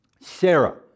Sarah